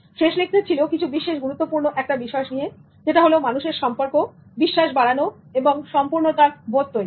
শেষ লেকচার ছিল কিন্তু বেশ গুরুত্বপূর্ণ একটা বিষয় নিয়ে মানুষের সম্পর্ক বিশ্বাস বাড়ানো এবং সম্পূর্ণতার বোধ তৈরী